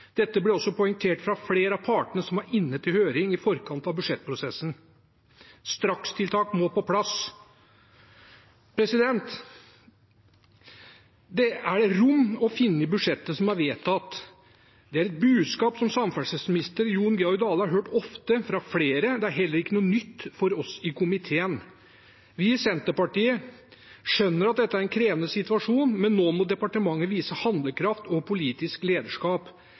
Dette ble også poengtert av flere av partene som var inne til høring i forkant av budsjettprosessen. Strakstiltak må på plass. Det er rom å finne i budsjettet som er vedtatt. Det er et budskap som samferdselsminister Jon Georg Dale har hørt ofte fra flere. Det er heller ikke noe nytt for oss i komiteen. Vi i Senterpartiet skjønner at dette er en krevende situasjon, men nå må departementet vise handlekraft og politisk lederskap.